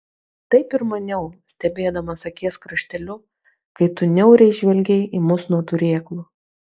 taip ir maniau stebėdamas akies krašteliu kai tu niauriai žvelgei į mus nuo turėklų